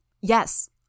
Yes